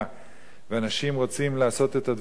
ואנשים רוצים לעשות את הדברים האלה,